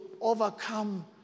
overcome